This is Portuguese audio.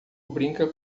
brinca